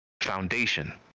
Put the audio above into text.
Foundation